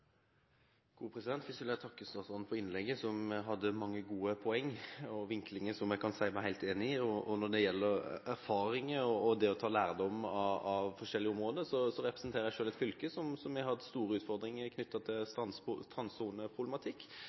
gode poenger og vinklinger som jeg kan si meg helt enig i. Når det gjelder erfaring og det å ta lærdom fra forskjellige områder, representerer jeg selv et fylke som har hatt store utfordringer knyttet til